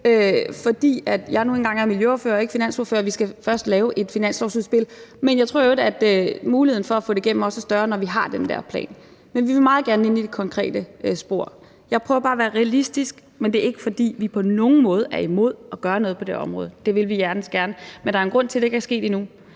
fordi jeg nu engang er miljøordfører og ikke finansordfører, og fordi vi først skal lave et finanslovsudspil. Men jeg tror i øvrigt, at muligheden for at få det igennem er større, når vi har den der plan. Men vi vil meget gerne ind i det konkrete spor. Jeg prøver bare at være realistisk, men det er ikke, fordi vi på nogen måde er imod at gøre noget på det område. Det vil vi hjertens gerne, men der er en grund til, at det ikke er sket endnu,